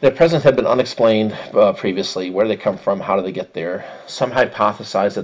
the present had been unexplained previously where they come from how did they get there some hypothesized that